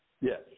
Yes